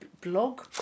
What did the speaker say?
blog